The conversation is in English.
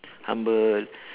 humble